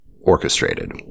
orchestrated